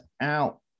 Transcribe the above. out